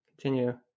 Continue